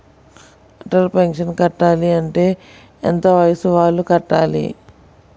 Atal pension కట్టాలి అంటే ఎంత వయసు వాళ్ళు కట్టాలి?